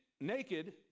Naked